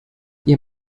ihr